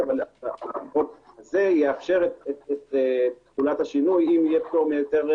זה יאפשר את השינוי, אם יהיה פטור מהיתר,